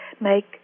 make